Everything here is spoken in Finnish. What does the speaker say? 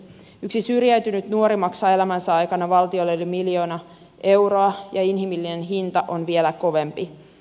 yksi syrjäytynyt nuori maksaa elämänsä aikana valtiolle yli miljoona euroa ja inhimillinen hinta on vielä kovempi